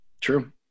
true